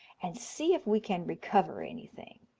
and see if we can recover anything.